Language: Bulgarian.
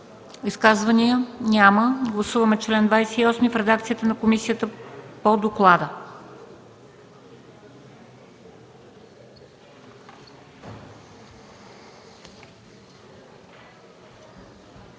Изказвания? Няма. Гласуваме чл. 29 в редакцията на комисията по доклада.